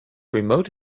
remote